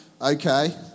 okay